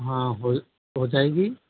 हाँ हो जाएगी